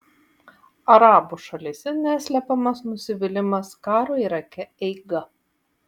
arabų šalyse neslepiamas nusivylimas karo irake eiga